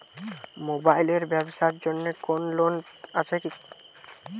Mobile এর ব্যাবসার জন্য কোন লোন আছে কি?